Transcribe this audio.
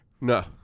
No